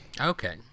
Okay